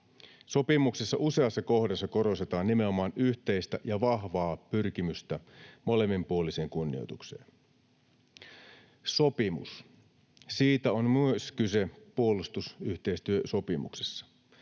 Sopimuksessa useassa kohdassa korostetaan nimenomaan yhteistä ja vahvaa pyrkimystä molemminpuoliseen kunnioitukseen. Sopimus: siitä on myös kyse puolustusyhteistyösopimuksessa.